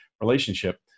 relationship